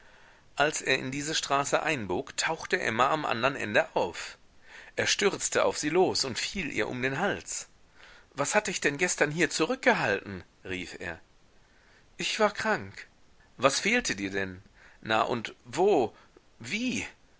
als er in diese straße einbog tauchte emma am andern ende auf er stürzte auf sie los und fiel ihr um den hals was hat dich denn gestern hier zurückgehalten rief er ich war krank was fehlte dir denn na und wo wie